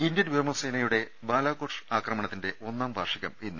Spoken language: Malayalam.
ഇന്ത്യൻ വ്യോമസേനയുടെ ബാലാക്കോട്ട് ആക്രമണത്തിന്റെ ഒന്നാം വാർഷികം ഇന്ന്